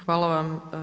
Hvala vama.